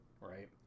Right